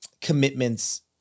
commitments